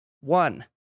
one